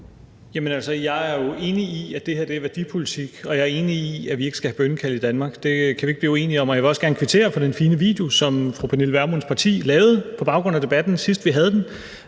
jeg er jo enig i, at det her er værdipolitik, og jeg er enig i, vi ikke skal have bønnekald i Danmark. Det kan vi ikke blive uenige om, og jeg vil også gerne kvittere for den fine video, som fru Pernille Vermunds parti lavede på baggrund af debatten, sidst vi havde den,